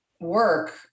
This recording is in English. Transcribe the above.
work